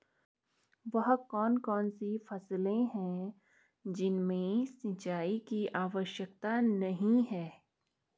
वह कौन कौन सी फसलें हैं जिनमें सिंचाई की आवश्यकता नहीं है?